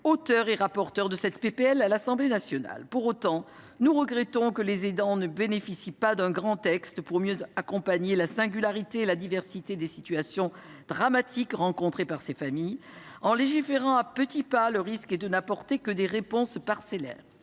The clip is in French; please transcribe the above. auteur et rapporteur, à l’Assemblée nationale, de cette proposition de loi. Nous regrettons que les aidants ne bénéficient pas d’un grand texte permettant de mieux accompagner la singularité et la diversité des situations dramatiques rencontrées par ces familles. En légiférant à petits pas, l’on risque de n’apporter que des réponses parcellaires,